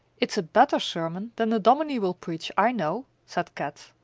it is a better sermon than the dominie will preach, i know, said kat.